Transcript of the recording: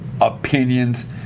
opinions